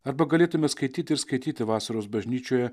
arba galėtume skaityti ir skaityti vasaros bažnyčioje